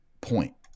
point